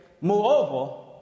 moreover